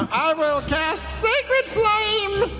i will cast sacred flame.